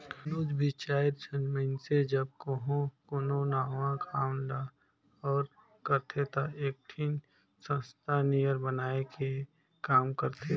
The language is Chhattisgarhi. कोनोच भी चाएर झन मइनसे जब कहों कोनो नावा काम ल ओर करथे ता एकठिन संस्था नियर बनाए के काम करथें